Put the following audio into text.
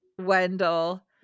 wendell